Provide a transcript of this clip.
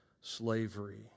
slavery